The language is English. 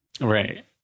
Right